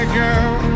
girl